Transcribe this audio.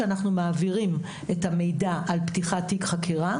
שאנחנו מעבירים את המידע על פתיחת תיק חקירה